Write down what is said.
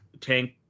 tank